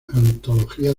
antologías